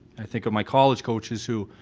i think of my college coaches who